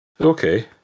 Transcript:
Okay